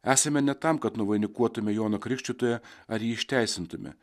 esame ne tam kad nuvainikuotume joną krikštytoją ar jį įteisintume